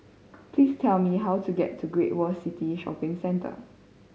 please tell me how to get to Great World City Shopping Centre